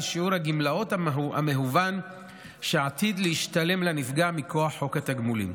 שיעור הגמלאות המהוון שעתיד להשתלם לנפגע מכוח חוק התגמולים.